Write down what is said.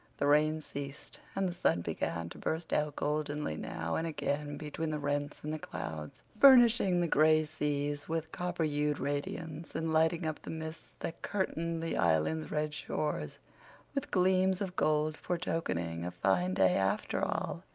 the rain ceased and the sun began to burst out goldenly now and again between the rents in the clouds, burnishing the gray seas with copper-hued radiance, and lighting up the mists that curtained the island's red shores with gleams of gold foretokening a fine day after all.